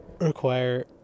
require